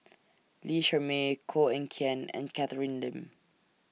Lee Shermay Koh Eng Kian and Catherine Lim